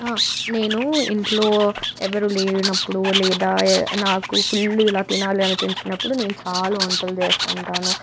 నేను ఇంట్లో ఎవరూ లేనప్పుడు లేదా నాకు ఫుల్లీ ఇలా తినాలి అని అనిపించినప్పుడు నేను చాలా వంటలు చేసుకుంటాను